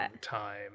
time